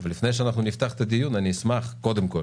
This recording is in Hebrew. לפני שאנחנו נפתח את הדיון, אני אשמח קודם כל